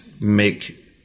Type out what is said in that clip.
make